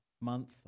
month